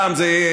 פעם זה החרדים,